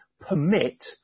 permit